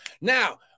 Now